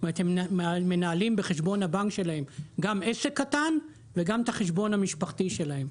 הם מנהלים בחשבון הבנק שלהם גם עסק קטן וגם את החשבון המשפחתי שלהם.